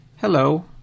hello